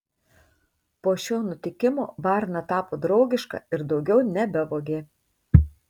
po šio nutikimo varna tapo draugiška ir daugiau nebevogė